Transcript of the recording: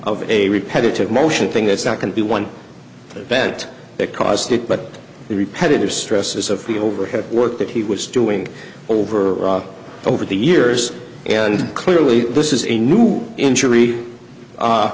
of a repetitive motion thing that's not going to be one bent that caused it but the repetitive stresses of the overhead work that he was doing over over the years and clearly this is a new injury